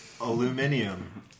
Aluminium